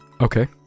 Okay